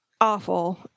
awful